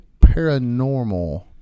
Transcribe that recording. paranormal